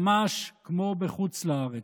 ממש כמו בחוץ לארץ.